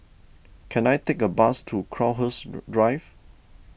can I take a bus to Crowhurst Drive